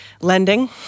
lending